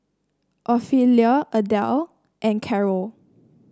Ophelia Adelle and Carrol